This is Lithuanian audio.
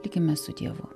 likime su dievu